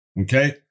okay